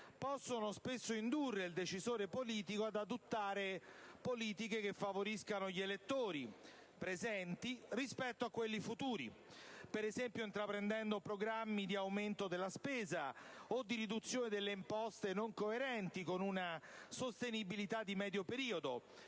possono spesso indurre il decisore politico ad adottare politiche che favoriscano gli elettori presenti rispetto a quelli futuri, ad esempio intraprendendo programmi di aumento della spesa o di riduzione delle imposte non coerenti con una sostenibilità di medio periodo,